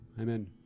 Amen